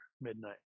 midnight